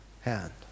hand